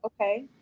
okay